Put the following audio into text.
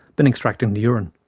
been extracting the urine.